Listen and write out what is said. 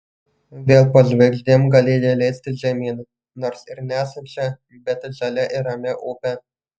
vėl po žvaigždėm galėjai leistis žemyn nors ir nesančia bet žalia ir ramia upe